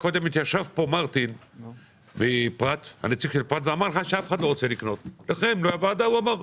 כשישב פה הנציג של פראט ואמר שאף אחד לא רוצה לקנות את המפעל,